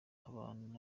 abantu